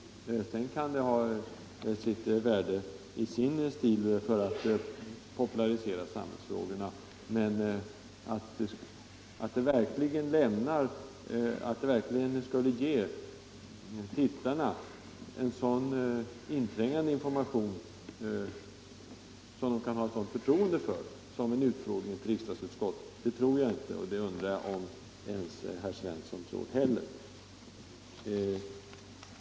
Mrs Sedan kan TV-programmet ha ett värde i sin stil för att popularisera — Offentliga utskottssamhällsfrågorna. Att det verkligen skulle ge tittarna en inträngande in — utfrågningar formation, som de kan ha samma förtroende för som för en utskottsutfrågning, tror jag emellertid inte. Det undrar jag om ens herr Svensson tror.